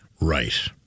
right